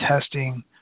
testing